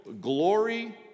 glory